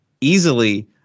easily